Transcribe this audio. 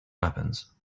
weapons